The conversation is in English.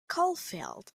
caulfield